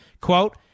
quote